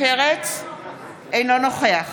אינו נוכח